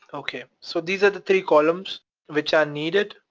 okay. so these are the three columns which are needed.